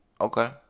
Okay